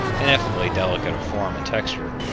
ineffably delicate of form and texture,